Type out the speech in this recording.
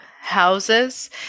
houses